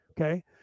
Okay